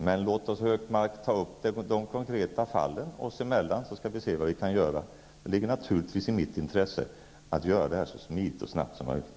Men låt oss, Anders Högmark, ta upp de konkreta fallen oss emellan, så skall vi se vad vi kan göra. Det ligger naturligtvis i mitt intresse att göra detta så smidigt och snabbt som möjligt.